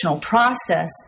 process